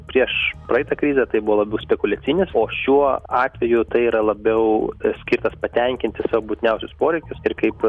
prieš praeitą krizę tai buvo labiau spekuliacinis o šiuo atveju tai yra labiau skirtas patenkinti būtiniausius poreikius ir kaip